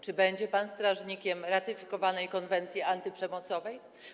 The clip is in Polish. Czy będzie pan strażnikiem ratyfikowanej konwencji antyprzemocowej?